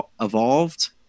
evolved